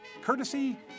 Courtesy